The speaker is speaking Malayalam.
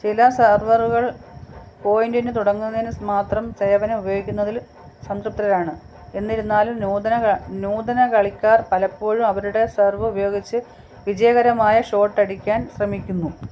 ചില സെർവറുകൾ പോയിന്റിന് തുടങ്ങുന്നതിനു മാത്രം സേവനം ഉപയോഗിക്കുന്നതിൽ സംതൃപ്തരാണ് എന്നിരുന്നാലും നൂതന നൂതന കളിക്കാർ പലപ്പോഴും അവരുടെ സെർവ് ഉപയോഗിച്ച് വിജയകരമായ ഷോട്ട് അടിക്കാൻ ശ്രമിക്കുന്നു